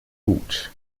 gut